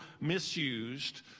misused